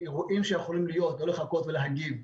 אירועים שיכולים להיות, לא לחכות כדי להגיב.